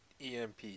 EMP